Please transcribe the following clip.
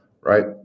right